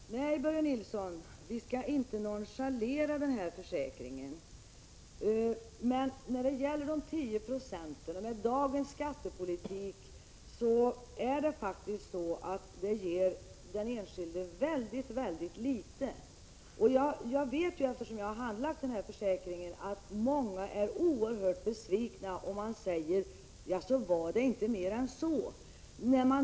Fru talman! Nej, Börje Nilsson, vi skall inte nonchalera denna försäkring. Men med dagens skattepolitik ger dessa 10 26 den enskilde mycket litet. Eftersom jag handlagt denna försäkring vet jag att många är oerhört besvikna och undrar över att det inte var mer än så.